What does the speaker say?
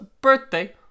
birthday